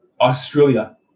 Australia